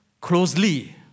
closely